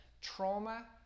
trauma